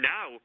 Now